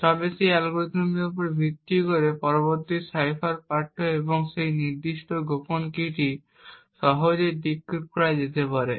তবে সেই অ্যালগরিদমের উপর ভিত্তি করে পরবর্তী সাইফার পাঠ্য এবং সেই নির্দিষ্ট গোপন কীটি সহজেই ডিক্রিপ্ট করা যেতে পারে